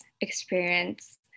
experience